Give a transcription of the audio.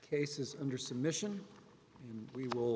case is under submission and we will